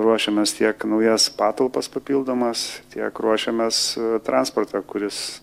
ruošiamės tiek naujas patalpas papildomas tiek ruošiamės transportą kuris